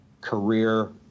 career